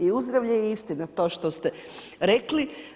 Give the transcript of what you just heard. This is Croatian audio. I uzdravlje i istina, to što ste rekli.